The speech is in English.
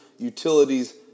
utilities